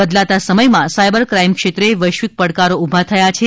બદલાતા સમયમાં cyber crime ક્ષેત્રે વૈશ્વિક પડકારો ઉભા થયા છે